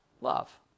love